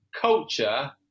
culture